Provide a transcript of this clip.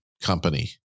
company